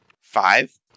Five